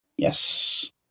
Yes